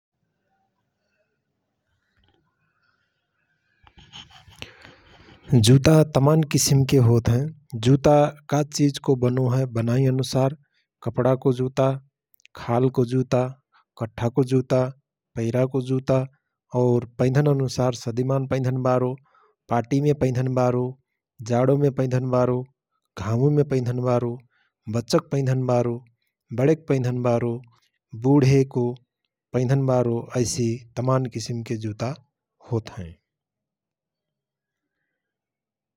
जुता तमान किसिमके होतहएं । जुत्ता का चिजको बनो हए बनाइअनुसार कपडा को जुता, खालको जुता, कट्ठा को जुता, पैराको जुता और पैधन अनुसार सदिमान पैधनबारो, पार्टी मे पधन बारो, जाडो मे पैधनबारो, घामुमे पैधन्बारो, बच्चक पैधनबारो, बणेक पैधनबारो, बुढेको पैधनबारो ऐसि तमान किसिमके जुता होत हएं ।